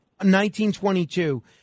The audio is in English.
1922